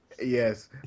Yes